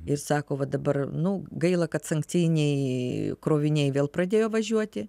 ir sako va dabar nu gaila kad sankcijiniai kroviniai vėl pradėjo važiuoti